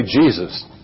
Jesus